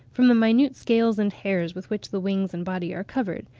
from the minute scales and hairs with which the wings and body are covered,